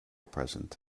present